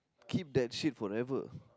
keep that shit forever